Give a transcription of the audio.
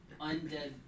undead